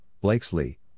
Blakesley